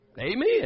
Amen